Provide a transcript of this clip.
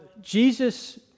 Jesus